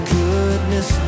goodness